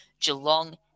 Geelong